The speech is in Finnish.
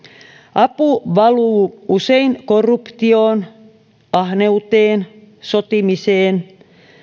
apu valuu usein korruptioon ahneuteen sotimiseen